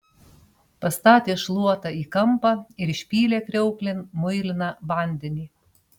pastatė šluotą į kampą ir išpylė kriauklėn muiliną vandenį